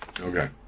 Okay